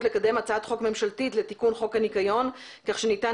לקדם הצעת חוק ממשלתית לתיקון חוק הנקיון כך שניתן